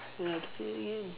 nah say again